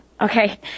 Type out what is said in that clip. Okay